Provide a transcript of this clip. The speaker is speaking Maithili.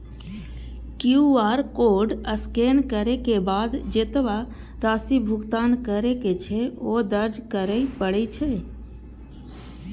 क्यू.आर कोड स्कैन करै के बाद जेतबा राशि भुगतान करै के छै, ओ दर्ज करय पड़ै छै